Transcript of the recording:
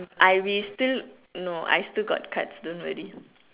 I will still no I still got cards don't worry